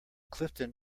clifton